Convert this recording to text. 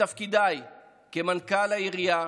בתפקידיי כמנכ"ל העירייה,